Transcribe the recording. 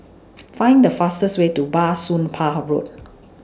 Find The fastest Way to Bah Soon Pah Road